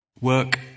work